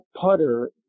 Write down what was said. putter